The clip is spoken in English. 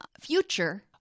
future